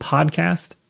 Podcast